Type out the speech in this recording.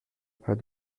pas